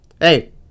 Hey